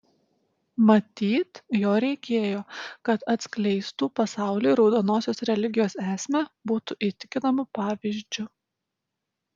matyt jo reikėjo kad atskleistų pasauliui raudonosios religijos esmę būtų įtikinamu pavyzdžiu